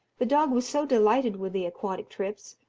the dog was so delighted with the aquatic trips,